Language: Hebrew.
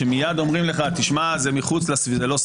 שמיד אומרים לך: זה לא סביר,